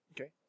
Okay